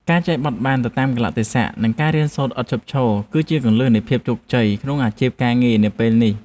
ការចេះបត់បែនទៅតាមកាលៈទេសៈនិងការរៀនសូត្រឥតឈប់ឈរ គឺជាគន្លឹះនៃភាពជោគជ័យក្នុងអាជីពការងារនាពេលនេះ។